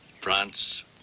France